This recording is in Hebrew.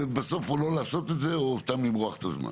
ובסוף או לא לעשות את זה או סתם למרוח את הזמן.